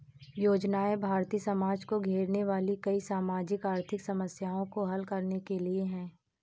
योजनाएं भारतीय समाज को घेरने वाली कई सामाजिक आर्थिक समस्याओं को हल करने के लिए है